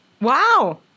Wow